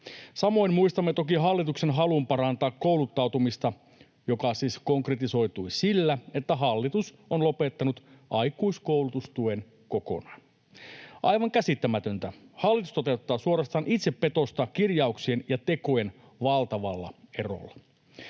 Samoin muistamme toki hallituksen halun parantaa kouluttautumista, mikä siis konkretisoitui sillä, että hallitus on lopettanut aikuiskoulutustuen kokonaan. Aivan käsittämätöntä. Hallitus toteuttaa suorastaan itsepetosta kirjauksien ja tekojen valtavalla erolla.